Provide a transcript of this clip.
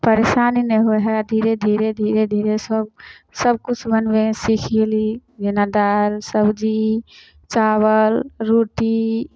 परेशानी नहि होइ है आ धीरे धीरे धीरे धीरे सब सबकिछु बनबे सिख गेली जेना दालि सब्जी चावल रोटी